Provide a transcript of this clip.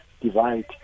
divide